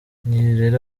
nirere